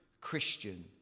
Christian